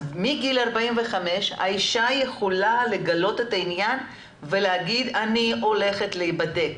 אז מגיל 45 האישה יכולה לגלות את העניין ולהגיד 'אני הולכת להבדק'.